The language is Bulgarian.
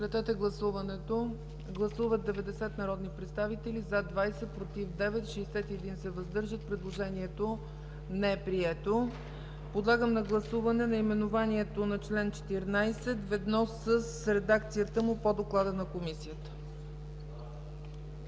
предложението. Гласували 90 народни представители: за 20, против 9, въздържали се 61. Предложението не е прието. Подлагам на гласуване наименованието на чл. 14 ведно с редакцията му по доклада на Комисията.